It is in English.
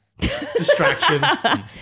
distraction